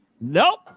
Nope